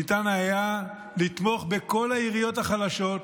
ניתן היה לתמוך בכל העיריות החלשות,